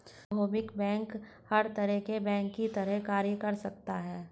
सार्वभौमिक बैंक हर तरह के बैंक की तरह कार्य कर सकता है